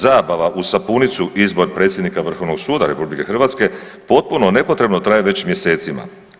Zabava uz sapunicu izbor predsjednika Vrhovnog suda RH potpuno nepotrebno traje već mjesecima.